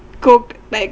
cook like